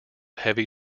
heavy